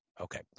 Okay